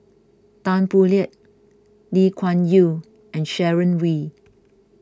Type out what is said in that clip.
Tan Boo Liat Lee Kuan Yew and Sharon Wee